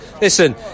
listen